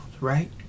right